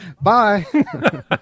Bye